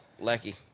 Lucky